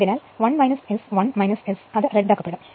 അതിനാൽ 1 S 1 S റദ്ദാക്കപ്പെടും